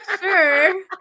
sure